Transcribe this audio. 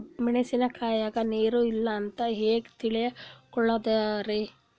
ಮೆಣಸಿನಕಾಯಗ ನೀರ್ ಇಲ್ಲ ಅಂತ ಹೆಂಗ್ ತಿಳಕೋಳದರಿ?